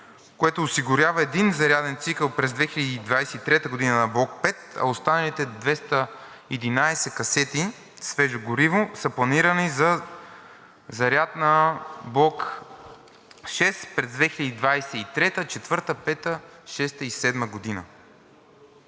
което осигурява един заряден цикъл през 2023 г. на блок V, а останалите 211 касети свежо гориво са планирани за заряд на блок VI през 2023-а, 2024-а, 2025-а,